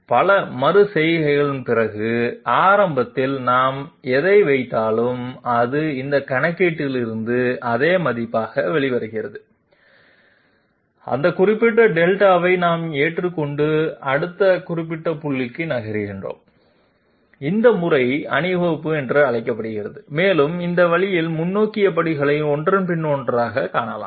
எனவே பல மறு செய்கைகளுக்குப் பிறகு ஆரம்பத்தில் நாம் எதை வைத்தாலும் அது இந்த கணக்கீட்டிலிருந்து அதே மதிப்பாக வெளிவருகிறது அந்த குறிப்பிட்ட δ ஐ நாம் ஏற்றுக்கொண்டு அடுத்த குறிப்பிட்ட புள்ளியில் நகர்கிறோம் இந்த முறை அணிவகுப்பு என்று அழைக்கப்படுகிறது மேலும் இந்த வழியில் முன்னோக்கி படிகளை ஒன்றன் பின் ஒன்றாகக் காணலாம்